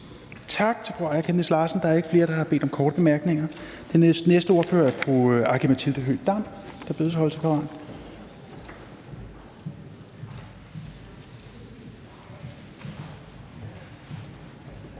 Tak til fru Aaja Chemnitz Larsen. Der er ikke flere, der har bedt om korte bemærkninger. Den næste ordfører er fru Aki-Matilda Høegh-Dam, der bedes holde sig parat.